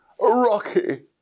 Rocky